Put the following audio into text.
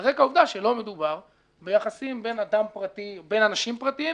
על רקע העובדה שלא מדובר ביחסים בין אנשים פרטיים,